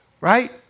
Right